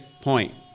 point